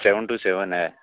seven to seven है